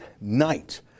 night